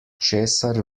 česar